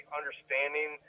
understanding